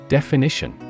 Definition